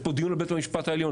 יש פה דיון על בית המשפט העליון,